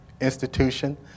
institution